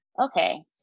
Okay